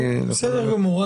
ברור, בסדר גמור.